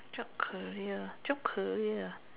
job career job career